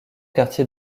quartier